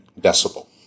Decibel